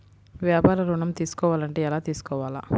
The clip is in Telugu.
వ్యాపార ఋణం తీసుకోవాలంటే ఎలా తీసుకోవాలా?